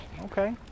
Okay